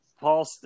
Paul